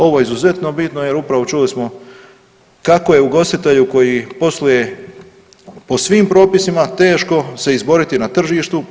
Ovo je izuzetno bitno, jer upravo čuli smo kako je ugostitelju koji posluje po svim propisima teško se izboriti na tržištu.